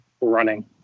running